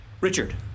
Richard